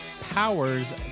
Powers